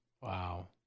Wow